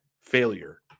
failure